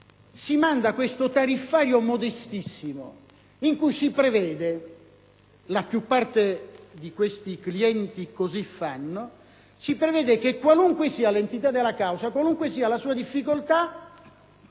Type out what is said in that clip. si manda un tariffario modestissimo in cui si prevede - e la più parte di questi clienti così fanno - che, qualunque sia l'entità della causa e la sua difficoltà,